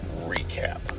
recap